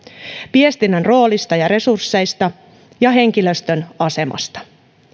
viestinnän roolista ja resursseista ja henkilöstön asemasta